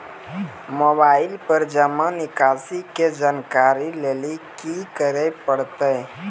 Mobile पर जमा निकासी के जानकरी लेली की करे परतै?